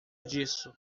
disso